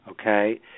Okay